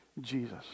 Jesus